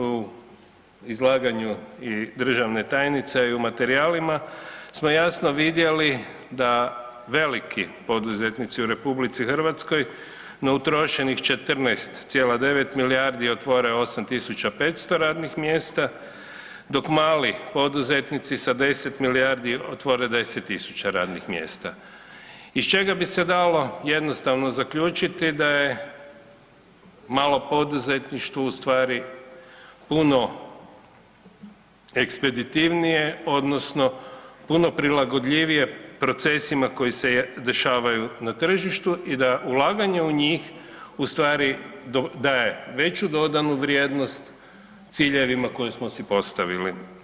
U izlaganju i državne tajnice i u materijalima smo jasno vidjeli da veliki poduzetnici u RH na utrošenih 14,9 milijardi otvore 8.500 radnih mjesta dok mali poduzetnici sa 10 milijardi otvore 10.000 radnih mjesta, iz čega bi se dalo jednostavno zaključiti da je malo poduzetništvo u stvari puno ekspeditivnije odnosno puno prilagodljivije procesima koji se dešavaju na tržištu i da ulaganje u njih u stvari daje veću dodanu vrijednost ciljevima koje smo si postavili.